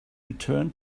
return